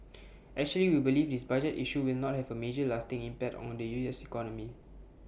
actually we believe this budget issue will not have A major lasting impact on the U S economy